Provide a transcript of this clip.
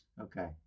Okay